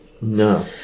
No